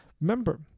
Remember